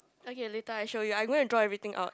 okay later I show you I go and draw everything out